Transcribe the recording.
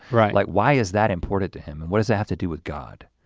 right. like why is that important to him and what does that have to do with god?